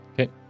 Okay